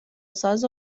ساز